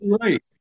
right